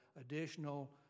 additional